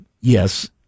Yes